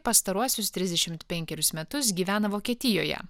pastaruosius trisdešimt penkerius metus gyvena vokietijoje